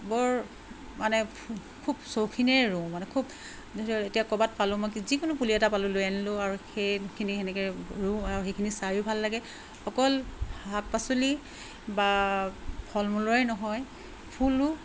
বৰ মানে খুব চৌখিনেৰে ৰওঁ মানে খুব এতিয়া ক'ৰবাত পালোঁ মই কি যিকোনো পুলি এটা পালোঁ লৈ আনিলোঁ আৰু সেইখিনি তেনেকৈ ৰুওঁ আৰু সেইখিনি চাইও ভাল লাগে অকল শাক পাচলি বা ফল মূলৰেই নহয় ফুলো